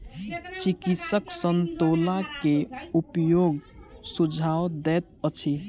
चिकित्सक संतोला के उपयोगक सुझाव दैत अछि